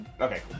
Okay